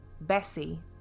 Bessie